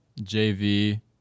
JV